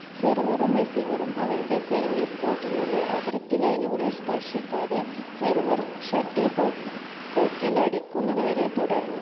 സെർവറും റിസീവറും അവരുടെ സർവീസ് കോർട്ടിനുള്ളിൽ അതിർത്തി ലൈനുകളിൽ സ്പർശിക്കാതെ സെർവർ ഷട്ടിൽ കോക്കിൽ അടിക്കുന്നതുവരെ തുടരണം